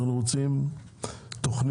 אנחנו רוצים תוכנית.